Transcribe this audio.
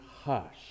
hush